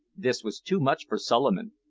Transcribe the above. this was too much for suliman.